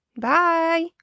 Bye